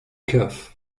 cough